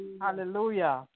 Hallelujah